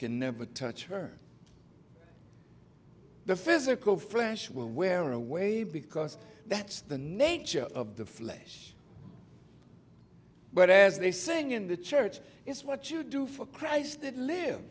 can never touch her the physical fresh will wear away because that's the nature of the flesh but as they saying in the church it's what you do for christ that live